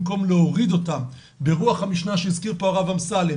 במקום להוריד אותם - ברוח המשנה שהזכיר פה הרב אמסלם